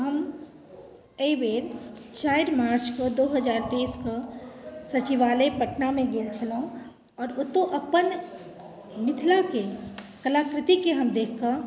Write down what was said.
हम एहि बेर चारि मार्चके दू हजार तेइसके सचिवालय पटनामे गेल छलहुँ आओर ओतहुँ अपन मिथिलाके कलाकृतिके हम देखिकऽ